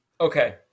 Okay